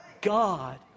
God